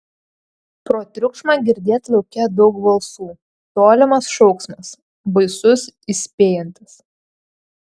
pro triukšmą girdėt lauke daug balsų tolimas šauksmas baisus įspėjantis